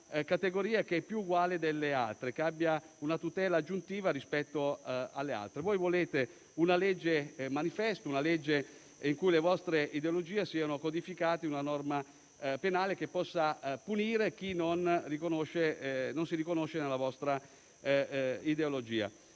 categoria che sia più uguale delle altre, che abbia una tutela aggiuntiva rispetto alle altre. Voi volete una legge manifesto, una legge in cui le vostre ideologie siano codificate in una norma penale che possa punire chi non si riconosce in esse. Le leggi